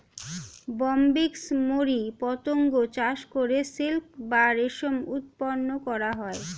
Bombyx mori পতঙ্গ চাষ করে সিল্ক বা রেশম উৎপন্ন করা হয়